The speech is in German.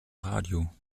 radio